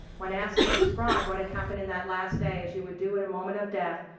when asked to describe what had happened in that last day, as you would do at a moment of death,